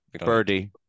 birdie